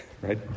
right